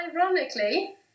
ironically